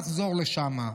נחזור לשם,